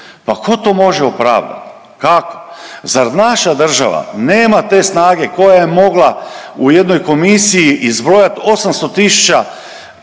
Pa tko to može opravdati? Kako? Zar naša država nema te snage koja je mogla u jednoj komisiji izbrojati 800